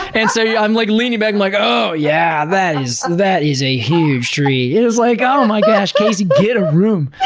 and so yeah i'm like leaning back, i'm like, oh, yeah, that is that is a huge tree. everyone's like, oh my gosh, casey, get a room!